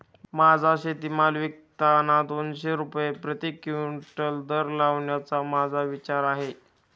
माझा शेतीमाल विकताना दोनशे रुपये प्रति क्विंटल दर लावण्याचा माझा विचार आहे